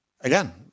again